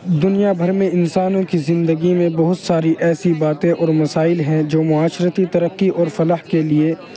دنیا بھر میں انسانوں کی زندگی میں بہت ساری ایسی باتیں اور مسائل ہیں جو معاشرتی ترقی اور فلاح کے لیے